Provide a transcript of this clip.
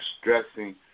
stressing